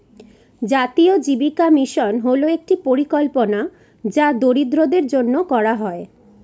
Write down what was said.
জাতীয় জীবিকা মিশন হল একটি পরিকল্পনা যা দরিদ্রদের জন্য করা হয়